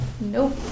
Nope